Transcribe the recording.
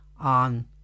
on